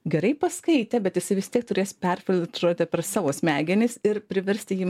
gerai paskaitė bet jisai vis tiek turės perfiltruoti per savo smegenis ir priversti jį